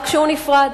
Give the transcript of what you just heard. רק שהוא נפרד.